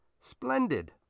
Splendid